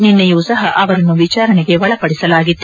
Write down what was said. ನಿನ್ನೆಯೂ ಸಹ ಅವರನ್ನು ವಿಚಾರಣೆಗೆ ಒಳಪದಿಸಲಾಗಿತ್ತು